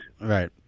right